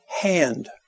hand